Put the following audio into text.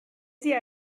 sie